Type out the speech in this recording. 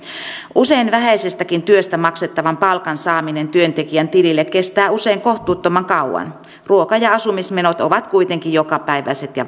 usein vähäisestäkin työstä maksettavan palkan saaminen työntekijän tilille kestää kohtuuttoman kauan ruoka ja asumismenot ovat kuitenkin jokapäiväiset ja